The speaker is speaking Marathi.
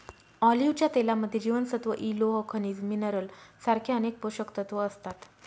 ऑलिव्हच्या तेलामध्ये जीवनसत्व इ, लोह, खनिज मिनरल सारखे अनेक पोषकतत्व असतात